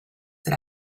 that